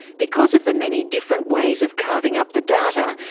because of the many different ways of carving up the data,